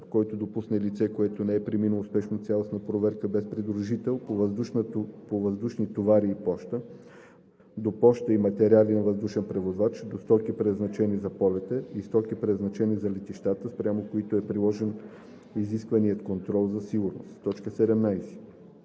който допусне лице, което не е преминало успешно цялостна проверка, без придружител, до въздушни товари и поща, до поща и материали на въздушния превозвач, до стоки, предназначени за полета, и стоки, предназначени за летищата, спрямо които е приложен изискваният контрол за сигурност; 17.